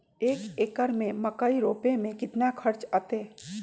एक एकर में मकई रोपे में कितना खर्च अतै?